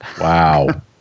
Wow